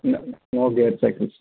no gear cycles